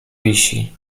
wisi